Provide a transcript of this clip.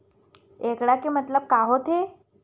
एकड़ के मतलब का होथे?